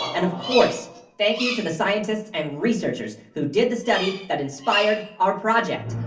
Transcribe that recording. and, of course, thank you to the scientists and researchers who did the study that inspired our project.